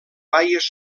baies